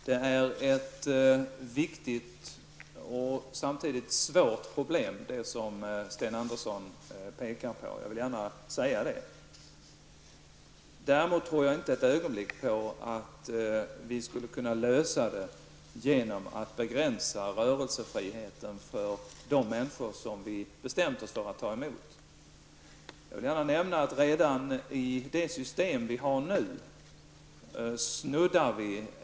Herr talman! Jag vill gärna framhålla att de problem som Sten Andersson i Malmö tar upp är ett stort och viktigt problem. Däremot tror jag inte ett ögonblick att problemet kan lösas genom att rörelsefriheten begränsas för de människor som vi har beslutat att ta emot.